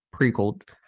prequel